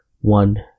one